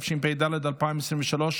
התשפ"ד 2023,